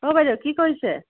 অঁ বাইদেউ কি কৰিছে